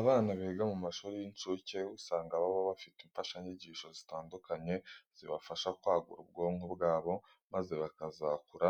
Abana biga mu mashuri y'incuke usanga baba bafite imfashanyigisho zitandukanye zibafasha kwagura ubwonko bwabo maze bakazakura